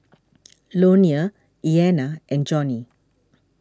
Leonia Iyana and Johnie